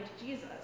Jesus